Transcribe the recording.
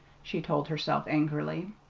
she told herself angrily.